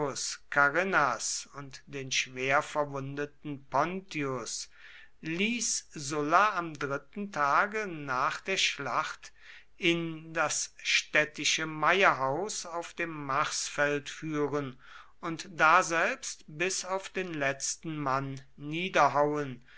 carrinas und den schwer verwundeten pontius ließ sulla am dritten tage nach der schlacht in das städtische meierhaus auf dem marsfeld führen und daselbst bis auf den letzten mann niederhauen